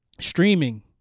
streaming